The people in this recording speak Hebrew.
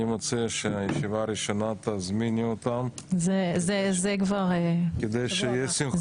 אני רוצה שבישיבה הראשונה תזמיני אותם כדי שיהיה סנכרון